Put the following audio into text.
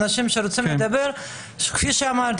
יהודיים): כפי שאמרתי,